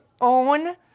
own